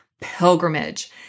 pilgrimage